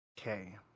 okay